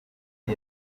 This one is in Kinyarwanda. ari